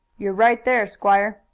you're right there, squire.